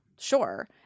Sure